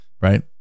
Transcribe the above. right